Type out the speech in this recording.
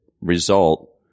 result